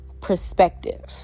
perspective